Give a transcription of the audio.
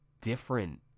different